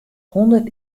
hûndert